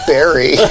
Barry